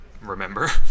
remember